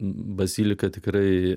bazilika tikrai